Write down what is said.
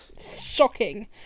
shocking